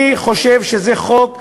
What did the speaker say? אני חושב שזה חוק חברתי-סוציאלי,